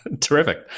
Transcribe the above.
terrific